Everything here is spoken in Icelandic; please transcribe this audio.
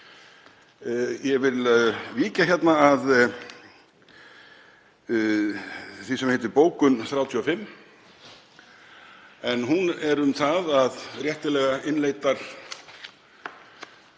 Ég vil víkja að því sem heitir bókun 35, en hún er um það að réttilega innleiddar